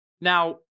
Now